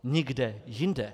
Nikde jinde!